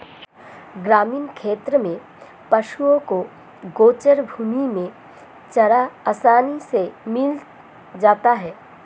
ग्रामीण क्षेत्रों में पशुओं को गोचर भूमि में चारा आसानी से मिल जाता है